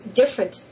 different